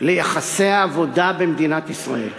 ליחסי העבודה במדינת ישראל.